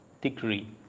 degree